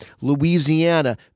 Louisiana